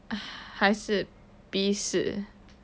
还是 B 四